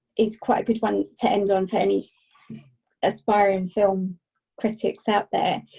it's quite good one to end on, for any aspiring film critics out there.